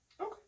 Okay